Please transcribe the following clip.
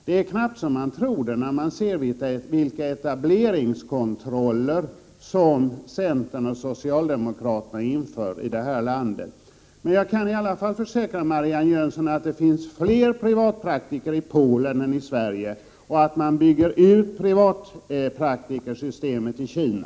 Det är knappt så att man tror det när man ser vilka etableringskontroller centern och socialdemokraterna inför här i landet. Men jag kan i alla fall försäkra Marianne Jönsson att det finns fler privatpraktiker i Polen än i Sverige, och att man bygger ut privatpraktikersystemet i Kina.